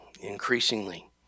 increasingly